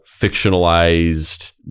fictionalized